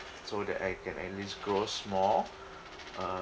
so that I can at least grow small uh